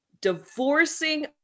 divorcing